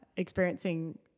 experiencing